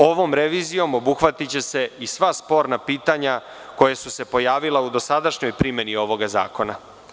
Ovom revizijom obuhvatiće se i sva sporna pitanja koja su se pojavila u dosadašnjoj primeni ovog zakona.